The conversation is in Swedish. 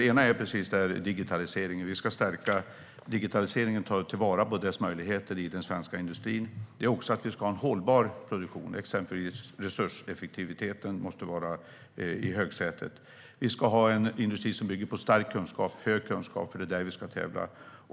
Den ena är just digitalisering. Vi ska stärka digitaliseringen och ta till vara dess möjligheter i den svenska industrin. Vi ska också ha en hållbar produktion; exempelvis måste resurseffektiviteten vara i högsätet. Vi ska ha en industri som bygger på hög kunskap, för det är där vi ska tävla.